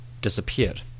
disappeared